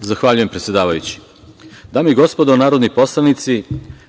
Zahvaljujem, predsedavajući. Dame i gospodo narodni poslanici,